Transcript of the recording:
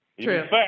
True